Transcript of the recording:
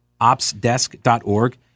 Opsdesk.org